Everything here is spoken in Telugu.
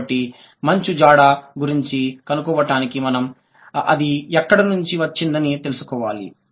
కాబట్టి మంచు జాడ గురించి కనుకోవటానికి మనం అది ఎక్కడి నుండి వచ్చిందని తెలుసుకోవాలి